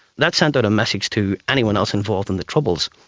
that's sent out a message to anyone else involved in the troubles.